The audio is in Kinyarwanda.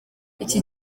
iki